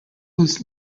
was